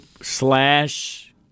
Slash